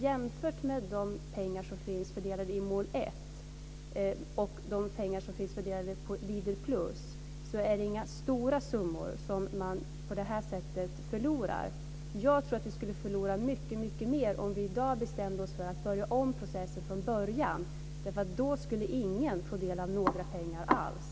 Jämför man de pengar som finns fördelade i mål 1 med de pengar som finns fördelade i Leader-plus är det inga stora summor som man på det här sättet förlorar. Jag tror att vi skulle förlora mycket mer om vi i dag bestämde oss för att börja om processen från början. Då skulle ingen få del av några pengar alls.